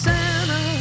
Santa